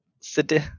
city